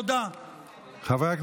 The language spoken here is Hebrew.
נא לסיים.